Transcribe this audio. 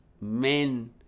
men